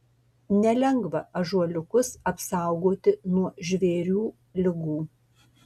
nelengva ąžuoliukus apsaugoti nuo žvėrių ligų